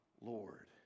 lord